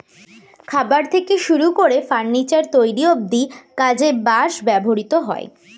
খাবার থেকে শুরু করে ফার্নিচার তৈরি অব্ধি কাজে বাঁশ ব্যবহৃত হয়